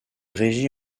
régit